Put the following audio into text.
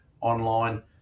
online